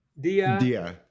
Dia